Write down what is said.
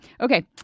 Okay